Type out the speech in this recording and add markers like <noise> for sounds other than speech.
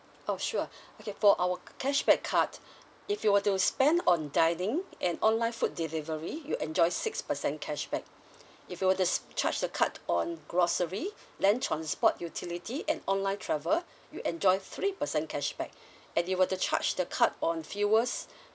oh sure <breath> okay for our cashback card if you were to spend on dining and online food delivery you enjoy six percent cashback if you were to charge the card on grocery land transport utility and online travel you enjoy three percent cashback <breath> and if you were to charge the card on fuels <breath>